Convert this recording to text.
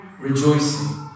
rejoicing